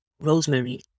rosemary